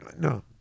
No